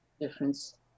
difference